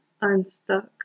unstuck